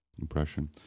impression